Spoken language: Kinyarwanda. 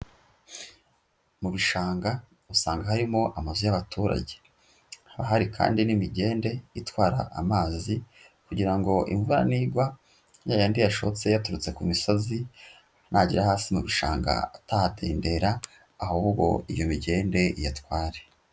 Mu bishanga usanga harimo amazu y'abaturage, haba hari kandi n'imigende itwara amazi kugira ngo imvura nigwa, yayandi yashotse yaturutse ku misozi, nagera hasi mu bishanga atahatendera ahubwo iyo migende iyatware.